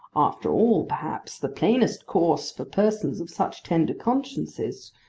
after all, perhaps, the plainest course for persons of such tender consciences,